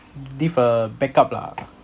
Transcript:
leave a backup lah